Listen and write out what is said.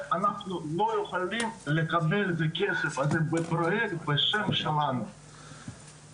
אני יכול לקבל פרוייקט ממשרד המדע או ממשרד האנרגיה או מגרנט בינלאומי,